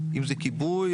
אם זה כיבוי,